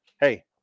hey